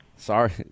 Sorry